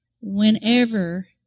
whenever